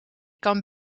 kan